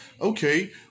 okay